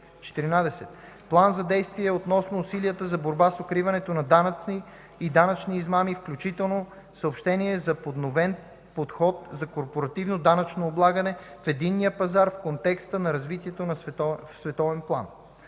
14. План за действие относно усилията за борба с укриването на данъци и данъчни измами, включително съобщение за подновен подход за корпоративното данъчно облагане в единния пазар в контекста на развитието в световен план.